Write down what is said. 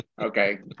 Okay